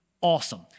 Awesome